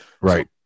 Right